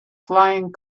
flying